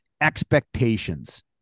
expectations